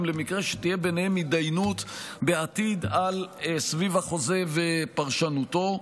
למקרה שתהיה ביניהם התדיינות בעתיד סביב החוזה ופרשנותו.